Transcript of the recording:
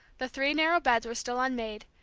the three narrow beds were still unmade,